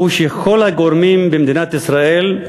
הוא שכל הגורמים במדינת ישראל,